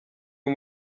uyu